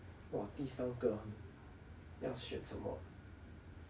!wah! 第三个要选什么